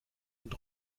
und